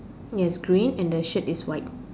yes green and the shirt is white